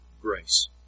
grace